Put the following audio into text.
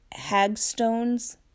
hagstones